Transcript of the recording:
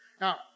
Now